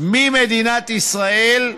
ממדינת ישראל החוצה.